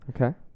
Okay